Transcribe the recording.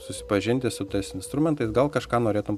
susipažinti su tais instrumentais gal kažką norėtum